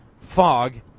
fog